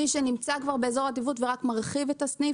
מי שנמצא כבר באזור עדיפות ורק מרחיב את הסניף,